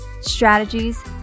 strategies